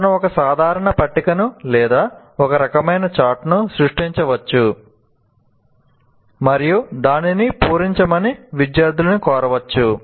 అతను ఒక సాధారణ పట్టికను లేదా ఒక రకమైన చార్ట్ను సృష్టించవచ్చు మరియు దానిని పూరించమని విద్యార్థులను కోరవచ్చు